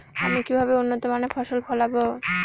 আমি কিভাবে উন্নত মানের ফসল ফলাবো?